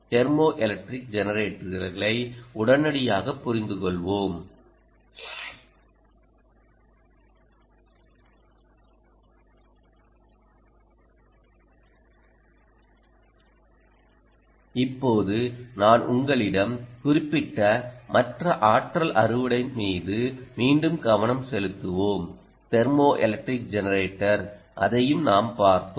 thermoelectric ஜெனரேட்டர்களை உடனடியாகப் புரிந்துகொள்வோம் இப்போது நான் உங்களிடம் குறிப்பிட்ட மற்ற ஆற்றல் அறுவடை மீது மீண்டும் கவனம் செலுத்துவோம் தெர்மோஎலக்ட்ரிக் ஜெனரேட்டர் அதையும் நாம் பார்த்தோம்